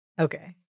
Okay